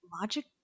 Logic